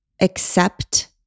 accept